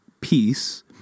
peace